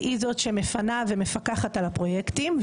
והיא זאת שמפנה ומפקחת על הפרויקטים,